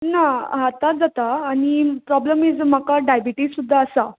ना आतांत जाता आनी प्रॉब्लम ईज म्हाका डायबिटीज सुद्दां आसा